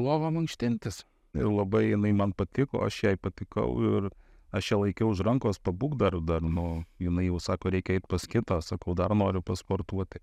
lovą mankštintis ir labai jinai man patiko aš jai patikau ir aš ją laikiau už rankos pabūk dar dar nu jinai sako reikia eit pas kitą sakau dar noriu pasportuoti